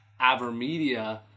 Avermedia